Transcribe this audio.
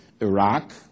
Iraq